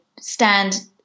stand